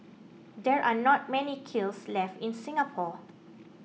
there are not many kilns left in Singapore